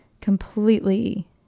completely